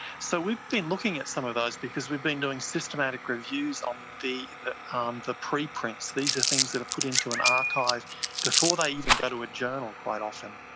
so we've been looking at some of those because we've been doing systematic reviews on the the um preprints. these are things that are put into an archive before they even go to a journal quite often.